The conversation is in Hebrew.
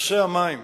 לנושא המים: